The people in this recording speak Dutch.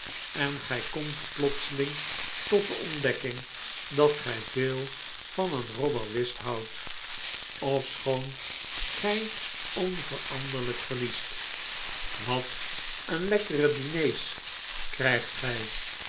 en gij komt plotseling tot de ontdekking dat gij veel van een robber whist houdt ofschoon gij onveranderlijk verliest wat een lekkere diners krijgt gij